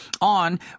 on